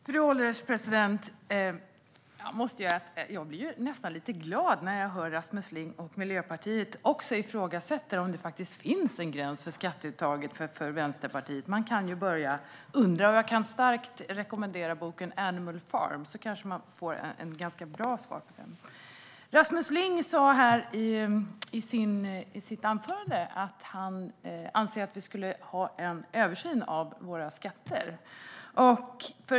Fru ålderspresident! Jag måste säga att jag nästan blir lite glad när jag hör att också Rasmus Ling och Miljöpartiet ifrågasätter om det faktiskt finns en gräns för skatteuttaget för Vänsterpartiet. Man kan ju börja undra. Jag kan starkt rekommendera boken Animal Farm . Där får man ett ganska bra svar på frågan. Rasmus Ling sa i sitt anförande att han anser att vi borde göra en översyn av våra skatter.